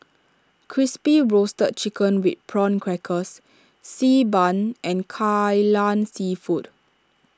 Crispy Roasted Chicken with Prawn Crackers Xi Ban and Kai Lan Seafood